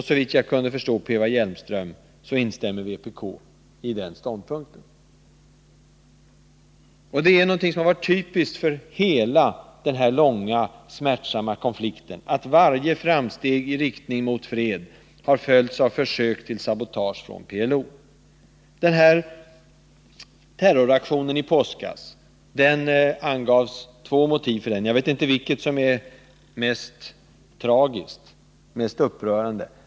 Såvitt jag kunde förstå av det som Eva Hjelmström sade, instämmer vpk i den ståndpunkten. Det är också typiskt för hela denna långa och smärtsamma konflikt att varje framsteg i riktning mot fred har följts av försök till sabotage från PLO. För terroraktionen i påskas angavs två motiv. Jag vet inte vilket som är mest tragiskt och upprörande.